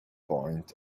point